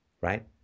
Right